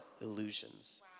illusions